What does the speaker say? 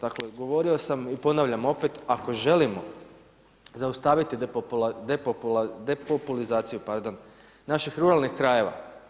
Dakle, govorimo sam i ponavljam opet, ako želimo zaustaviti depopulizaciju naših ruralnih krajeva.